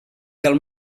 del